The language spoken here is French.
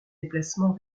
déplacements